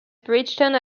bridgeton